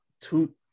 Two